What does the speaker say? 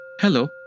Hello